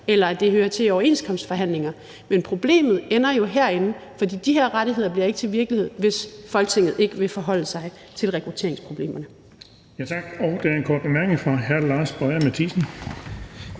eller at det hører til i overenskomstforhandlinger, men problemet ender jo herinde, for de her rettigheder bliver ikke til virkelighed, hvis Folketinget ikke vil forholde sig til rekrutteringsproblemerne.